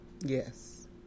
Yes